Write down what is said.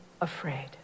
afraid